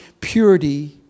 purity